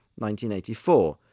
1984